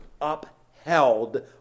upheld